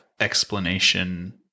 explanation